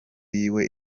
yiwe